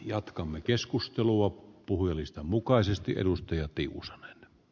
jatkamme keskustelua puhelistan mukaisesti edustaja puhemies